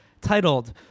titled